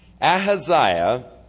Ahaziah